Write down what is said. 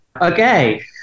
okay